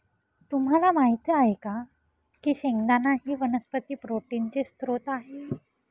तुम्हाला माहित आहे का की शेंगदाणा ही वनस्पती प्रोटीनचे स्त्रोत आहे